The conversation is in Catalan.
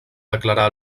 declarar